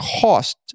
cost